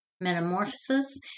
Metamorphosis